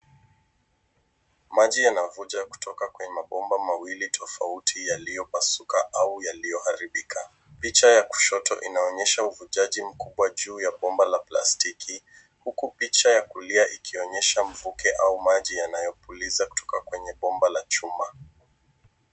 Maji yanavuja kutoka mabomba mawili tofauti yaliyopasuka au yaliyoharibika. Picha ya kushoto inaonyesha uvujaji mkubwa juu ya bomba la plastiki, huku picha ya kulia ikionyesha mvuke au maji yanayopuliza kutoka kwenye bomba la chuma.